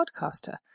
podcaster